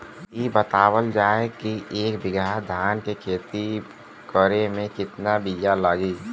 इ बतावल जाए के एक बिघा धान के खेती करेमे कितना बिया लागि?